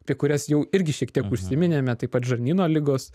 apie kurias jau irgi šiek tiek užsiminėme taip pat žarnyno ligos